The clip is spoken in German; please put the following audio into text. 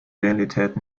realität